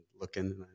Looking